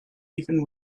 even